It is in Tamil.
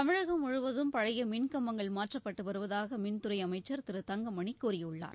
தமிழகம் முழுவதும் பழைய மின்கம்பங்கள் மாற்றப்பட்டு வருவதாக மின்துறை அமைச்சர் திரு தங்கமணி கூறியுள்ளார்